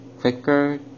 quicker